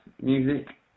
music